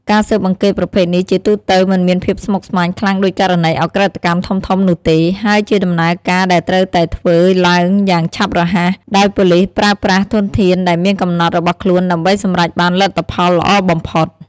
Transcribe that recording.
ការស៊ើបអង្កេតប្រភេទនេះជាទូទៅមិនមានភាពស្មុគស្មាញខ្លាំងដូចករណីឧក្រិដ្ឋកម្មធំៗនោះទេ ហើយជាដំណើរការដែលត្រូវតែធ្វើឡើងយ៉ាងឆាប់រហ័ស ដោយប៉ូលិសប្រើប្រាស់ធនធានដែលមានកំណត់របស់ខ្លួនដើម្បីសម្រេចបានលទ្ធផលល្អបំផុត។